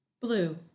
blue